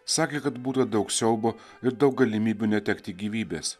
sakė kad būta daug siaubo ir daug galimybių netekti gyvybės